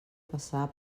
passar